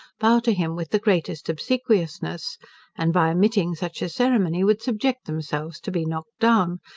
bow to him with the greatest obsequiousness and by omitting such a ceremony, would subject themselves to be knocked down,